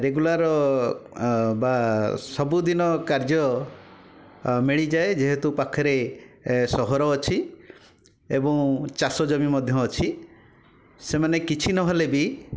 regular ବା ସବୁଦିନ କାର୍ଯ୍ୟ ମିଳିଯାଏ ଯେହେତୁ ପାଖରେ ସହର ଅଛି ଏବଂ ଚାଷ ଜମି ମଧ୍ୟ ଅଛି ସେମାନେ କିଛି ନ ହେଲେବି